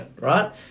right